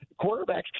quarterbacks